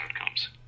outcomes